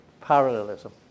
parallelism